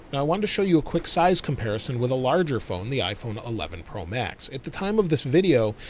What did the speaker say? now, i wanted to show you a quick size comparison with a larger phone, the iphone eleven pro max at the time of this video,